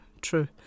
true